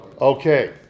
Okay